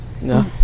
No